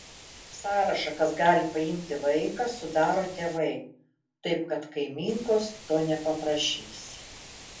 sąrašą kas gali paimti vaiką sudaro tėvai taip kad kaimynkos to nepaprašysi